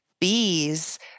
bees